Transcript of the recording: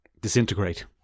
disintegrate